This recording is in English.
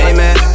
Amen